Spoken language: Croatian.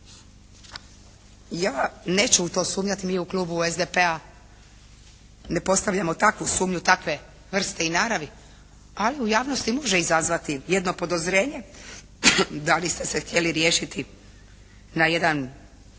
Ja neću u to sumnjati. Mi u klubu SDP-a ne postavljamo takvu sumnju, takve vrste i naravi, ali u javnosti može izazvati jedno podozrenje da li ste se htjeli riješiti na jedan